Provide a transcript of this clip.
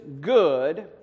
good